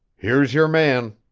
here's your man.